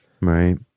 right